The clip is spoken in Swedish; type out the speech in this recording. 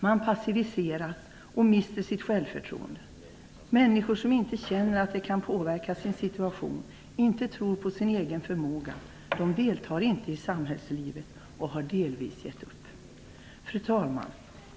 Man passiviseras och mister sitt självförtroende. Människor som inte känner att de kan påverka sin situation och inte tror på sin egen förmåga, deltar inte i samhällslivet. De har delvis gett upp. Fru talman!